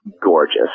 gorgeous